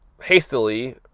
hastily